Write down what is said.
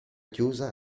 chiusa